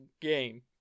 game